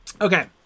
Okay